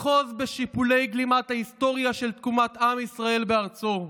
אחוז בשיפולי גלימת ההיסטוריה של תקומת עם ישראל בארצו,